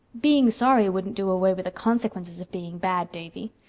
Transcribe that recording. being sorry wouldn't do away with the consequences of being bad, davy.